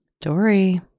Dory